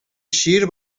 شیر